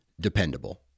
dependable